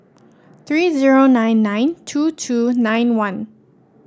three zero nine nine two two nine one